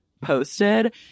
posted